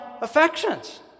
affections